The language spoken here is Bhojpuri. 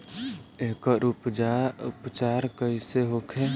एकर उपचार कईसे होखे?